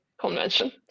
convention